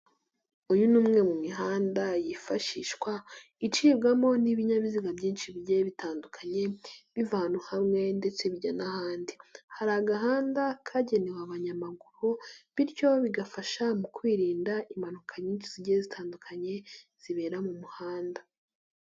Uyu ni umwe mu mihanda yifashishwa, icibwamo n'ibinyabiziga byinshi bigiye bitandukanye, biva hamwe ndetse bijya n'ahandi, hari agahanda kagenewe abanyamaguru bityo bigafasha mu kwirinda impanuka nyinshi zigiye zitandukanye zibera mu muhanda.